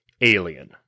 Alien